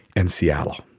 and seattle.